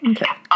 Okay